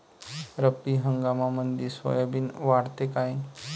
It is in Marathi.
रब्बी हंगामामंदी सोयाबीन वाढते काय?